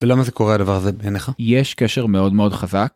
ולמה זה קורה הדבר הזה בעיניך? יש קשר מאוד מאוד חזק.